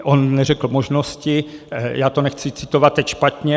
On neřekl možnosti, já to nechci citovat teď špatně.